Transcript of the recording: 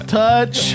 touch